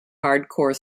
hardcore